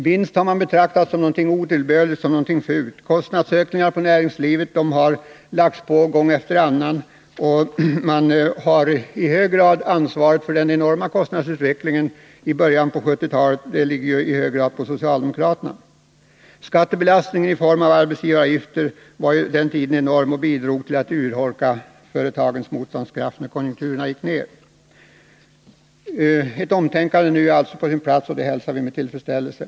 Vinst har man betraktat som någonting otillbörligt och fult, och kostnadsökningar för näringslivet har lagts på gång efter annan. Ansvaret för den enorma kostnadsutvecklingen i början av 1970-talet ligger i hög grad på socialdemokraterna. Skattebelastningen i form av arbetsgivaravgifter var den tiden enorm och bidrog till att urholka företagens motståndskraft när konjunkturerna gick ner. Ett omtänkande nu är alltså på sin plats, och det hälsar vi med tillfredsställelse.